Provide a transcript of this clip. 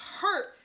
hurt